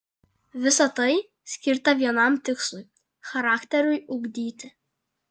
visa tai skirta vienam tikslui charakteriui ugdyti